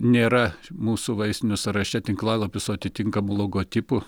nėra mūsų vaistinių sąraše tinklalapių su atitinkamu logotipu